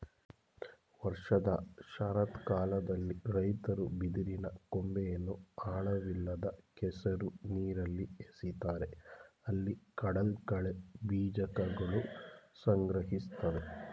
ವರ್ಷದ ಶರತ್ಕಾಲದಲ್ಲಿ ರೈತರು ಬಿದಿರಿನ ಕೊಂಬೆಯನ್ನು ಆಳವಿಲ್ಲದ ಕೆಸರು ನೀರಲ್ಲಿ ಎಸಿತಾರೆ ಅಲ್ಲಿ ಕಡಲಕಳೆ ಬೀಜಕಗಳು ಸಂಗ್ರಹಿಸ್ತವೆ